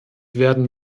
werden